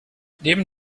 neben